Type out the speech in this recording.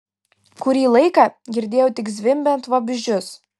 kurį laiką girdėjau tik zvimbiant vabzdžius